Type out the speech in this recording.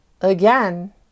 again